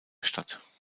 stadt